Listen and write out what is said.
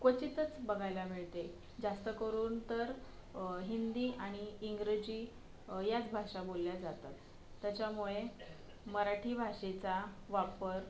क्वचितच बघायला मिळते जास्तकरून तर हिंदी आणि इंग्रजी याच भाषा बोलल्या जातात त्याच्यामुळे मराठी भाषेचा वापर